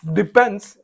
depends